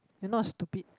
you're not stupid